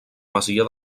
masia